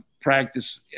practice